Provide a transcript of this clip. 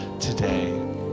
today